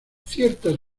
ciertas